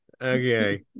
Okay